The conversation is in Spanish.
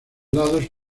lados